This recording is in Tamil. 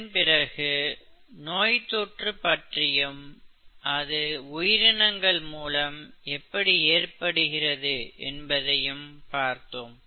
இதன்பிறகு நோய்த்தொற்று பற்றியும் அது உயிரினங்கள் மூலம் எப்படி ஏற்படுகிறது என்பதையும் பார்த்தோம்